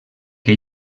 que